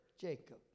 Jacob